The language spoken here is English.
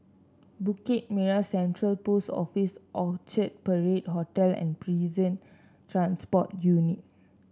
Bukit Merah Central Post Office Orchard Parade Hotel and Prison Transport Unit